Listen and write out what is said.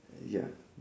ya